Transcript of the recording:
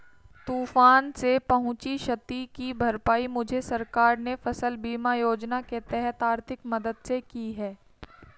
तूफान से पहुंची क्षति की भरपाई मुझे सरकार ने फसल बीमा योजना के तहत आर्थिक मदद से की है